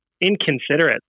inconsiderate